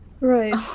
Right